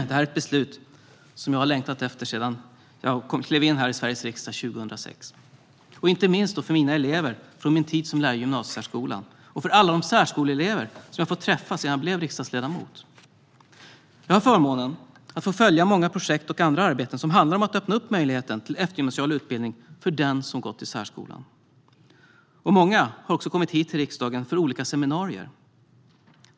Detta är ett beslut som jag har längtat efter ända sedan jag klev in här i Sveriges riksdag 2006, inte minst för mina elever från min tid som lärare i gymnasiesärskolan och för alla de särskoleelever som jag har fått träffa sedan jag blev riksdagsledamot. Jag har förmånen att få följa många projekt och andra arbeten som handlar om att öppna upp möjligheten till eftergymnasial utbildning för den som gått i särskolan. Många har också kommit hit till riksdagen för olika seminarier.